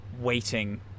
waiting